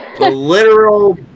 literal